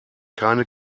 keine